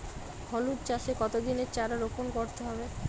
হলুদ চাষে কত দিনের চারা রোপন করতে হবে?